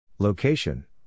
Location